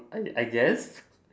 I I guess